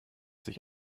sich